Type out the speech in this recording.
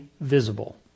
visible